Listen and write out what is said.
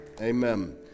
Amen